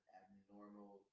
abnormal